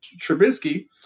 Trubisky